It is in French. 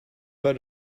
pas